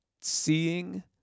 seeing